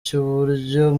cy’uburyo